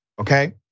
Okay